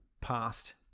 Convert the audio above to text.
past